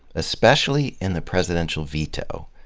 especially in the presidential veto.